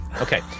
Okay